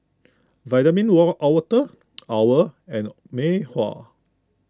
Vitamin Water Owl and Mei Hua